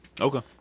Okay